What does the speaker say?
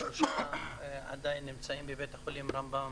ושלושה עדיין נמצאים בבית החולים רמב"ם,